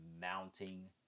mounting